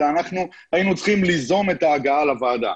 אלא אנחנו היינו צריכים ליזום את ההגעה לוועדה.